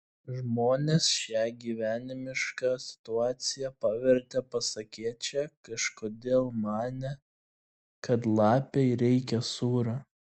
žmonės šią gyvenimišką situaciją pavertę pasakėčia kažkodėl manė kad lapei reikia sūrio